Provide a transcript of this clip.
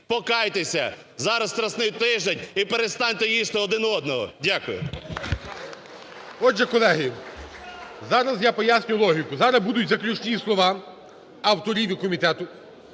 Покайтеся, зараз Страсний тиждень, і перестаньте їсти один одного! Дякую. ГОЛОВУЮЧИЙ. Отже, колеги, зараз я поясню логіку. Зараз будуть заключні слова авторів і комітету.